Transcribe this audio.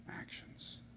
actions